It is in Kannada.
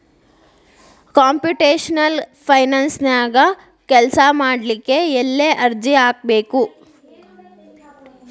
ಕಂಪ್ಯುಟೆಷ್ನಲ್ ಫೈನಾನ್ಸನ್ಯಾಗ ಕೆಲ್ಸಾಮಾಡ್ಲಿಕ್ಕೆ ಎಲ್ಲೆ ಅರ್ಜಿ ಹಾಕ್ಬೇಕು?